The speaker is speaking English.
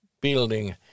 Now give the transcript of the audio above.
building